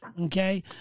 Okay